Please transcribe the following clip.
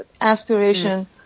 aspiration